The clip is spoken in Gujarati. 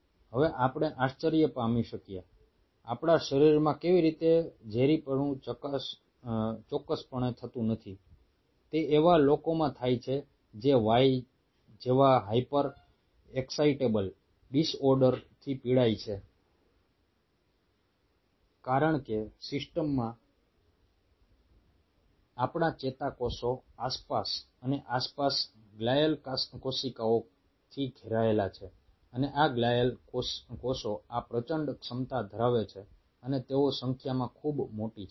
હવે આપણે આશ્ચર્ય પામી શકીએ આપણા શરીરમાં કેવી રીતે ઝેરીપણું ચોક્કસપણે થતું નથી તે એવા લોકોમાં થાય છે જે વાઈ જેવા હાયપર એક્સાઇટેબલ ડિસઓર્ડરથી પીડાય છે કારણ કે સિસ્ટમમાં આપણા ચેતાકોષો આસપાસ અને આસપાસ ગ્લિઅલ કોશિકાઓથી ઘેરાયેલા છે અને આ ગ્લિઅલ કોષો આ પ્રચંડ ક્ષમતા ધરાવે છે અને તેઓ સંખ્યામાં ખૂબ મોટી છે